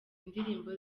indirimbo